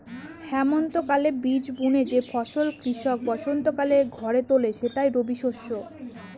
হেমন্তকালে বীজ বুনে যে ফসল কৃষক বসন্তকালে ঘরে তোলে সেটাই রবিশস্য